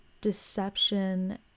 deception